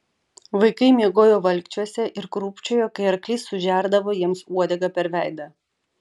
vaikai miegojo valkčiuose ir krūpčiojo kai arklys sužerdavo jiems uodega per veidą